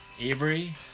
Avery